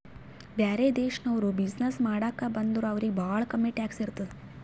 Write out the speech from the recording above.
ಬ್ಯಾರೆ ದೇಶನವ್ರು ಬಿಸಿನ್ನೆಸ್ ಮಾಡಾಕ ಬಂದುರ್ ಅವ್ರಿಗ ಭಾಳ ಕಮ್ಮಿ ಟ್ಯಾಕ್ಸ್ ಇರ್ತುದ್